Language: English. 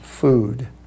food